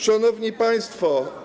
Szanowni Państwo!